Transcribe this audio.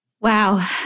Wow